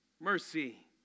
mercy